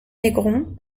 négron